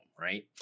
right